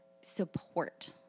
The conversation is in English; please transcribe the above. support